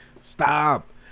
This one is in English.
stop